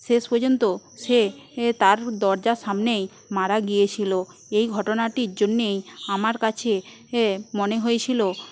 শেষ পর্যন্ত সে তার দরজার সামনেই মারা গিয়েছিল এই ঘটনাটির জন্যেই আমার কাছে মনে হয়েছিল